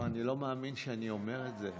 לא, אני לא מאמין שאני אומר את זה.